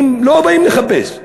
הם לא באים לחפש,